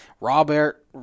Robert